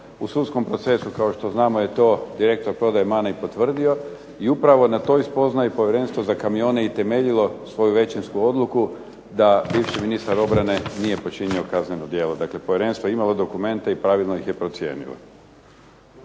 u sudskom procesu kao što znamo je to direktor prodaje MAN-a potvrdio i upravo na toj spoznaji je povjerenstvo za kamione temeljilo svoju većinsku odluku da bivši ministar obrane nije počinio kazneno djelo. Dakle, Povjerenstvo je imalo dokumente i pravilno ih je procijenilo.